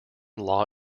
law